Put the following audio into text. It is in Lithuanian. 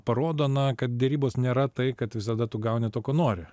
parodo na kad derybos nėra tai kad visada tu gauni to ko nori